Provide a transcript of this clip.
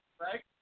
Right